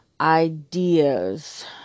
ideas